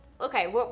okay